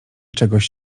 czegoś